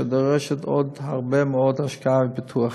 שדורשת עוד הרבה מאוד השקעה ופיתוח.